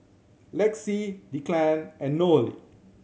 Lexie Declan and Nohely